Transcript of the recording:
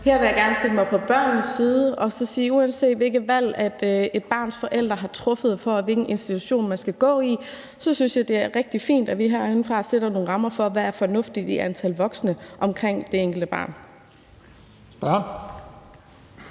Her vil jeg gerne stille mig på børnenes side og så sige, at uanset hvilket valg et barns forældre har truffet, i forhold til hvilken institution det skal gå i, synes jeg, det er rigtig fint, at vi herindefra sætter nogle rammer for, hvad der er fornuftigt af antal voksne omkring det enkelte barn.